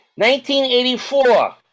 1984